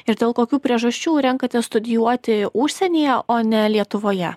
ir dėl kokių priežasčių renkatės studijuoti užsienyje o ne lietuvoje